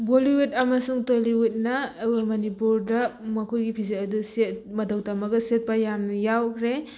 ꯕꯣꯂꯤꯋꯨꯠ ꯑꯃꯁꯨꯡ ꯇꯣꯂꯤꯋꯨꯠꯅ ꯑꯩꯈꯣꯏ ꯃꯅꯤꯄꯨꯔꯗ ꯃꯈꯣꯏꯒꯤ ꯐꯤꯖꯦꯠ ꯑꯗꯨ ꯁꯦꯠ ꯃꯇꯧ ꯇꯝꯃꯒ ꯁꯦꯠꯄ ꯌꯥꯝꯅ ꯌꯥꯎꯈ꯭ꯔꯦ